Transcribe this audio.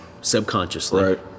subconsciously